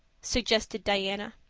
suggested diana.